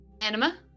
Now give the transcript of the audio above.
Anima